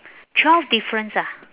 twelve difference ah